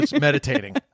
meditating